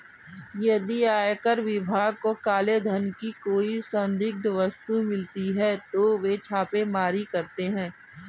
यदि आयकर विभाग को काले धन की कोई संदिग्ध वस्तु मिलती है तो वे छापेमारी करते हैं